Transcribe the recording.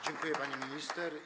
Dziękuję, pani minister.